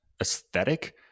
aesthetic